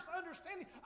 understanding